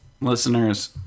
listeners